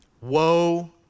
Woe